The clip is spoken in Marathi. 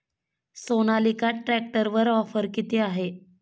सोनालिका ट्रॅक्टरवर ऑफर किती आहे?